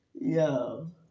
yo